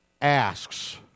asks